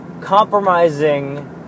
compromising